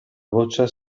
goccia